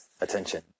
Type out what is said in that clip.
attention